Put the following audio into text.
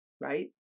right